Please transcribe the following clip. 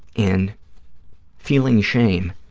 in feeling shame